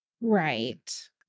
Right